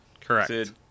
Correct